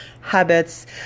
habits